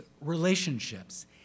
relationships